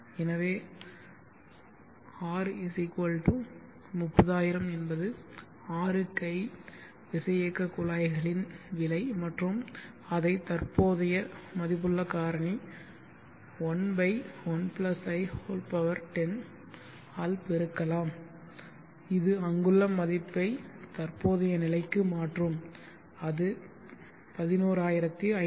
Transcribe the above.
எனவே R 30000 என்பது 6 கை விசையியக்கக் குழாய்களின் விலை மற்றும் அதை தற்போதைய மதிப்புள்ள காரணி 11 i 10 ஆல் பெருக்கலாம் இது அங்குள்ள மதிப்பை தற்போதைய நிலைக்கு மாற்றும் அது 11566